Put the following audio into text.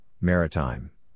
Maritime